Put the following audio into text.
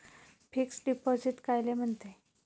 Fix deposit कायले म्हनते?